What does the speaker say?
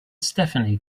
stephanie